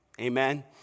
Amen